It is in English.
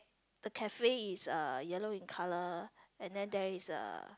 the cafe is uh yellow in colour and then there is a